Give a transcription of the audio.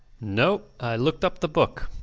no. i looked up the book.